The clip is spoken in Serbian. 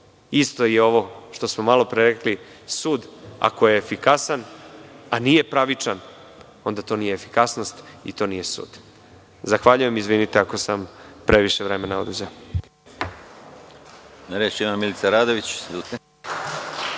Isto je i ovo što smo malopre rekli – sud ako je efikasan a nije pravičan onda to nije efikasnosti i to nije sud. Zahvaljujem i izvinite ako sam previše vremena oduzeo.